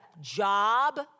job